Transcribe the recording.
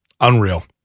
Unreal